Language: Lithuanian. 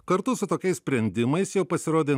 kartu su tokiais sprendimais jau pasirodė